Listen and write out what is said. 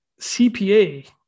CPA